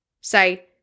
say